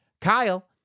Kyle